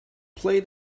play